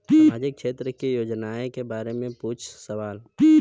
सामाजिक क्षेत्र की योजनाए के बारे में पूछ सवाल?